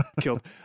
killed